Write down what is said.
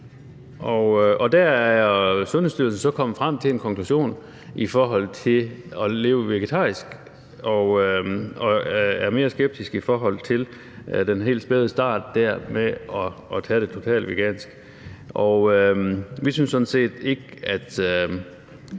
der er Sundhedsstyrelsen så kommet frem til en konklusion i forhold til at leve vegetarisk. Og de er mere skeptiske i forhold til at gøre det totalt vegansk i den helt spæde start. Vi synes sådan set ikke, at